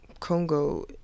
Congo